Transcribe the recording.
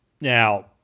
Now